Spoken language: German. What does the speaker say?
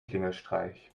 klingelstreich